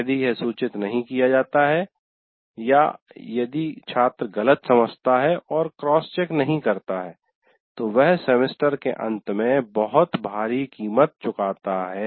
यदि यह सूचित नहीं किया जाता है या यदि छात्र गलत समझता है और क्रॉस चेक नहीं करता है तो वह सेमेस्टर के अंत में बहुत भारी कीमत चुकाता है